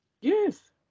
Yes